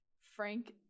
frank